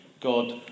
God